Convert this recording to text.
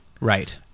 Right